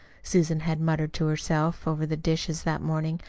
susan had muttered to herself over the dishes that morning.